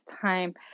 time